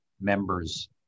Members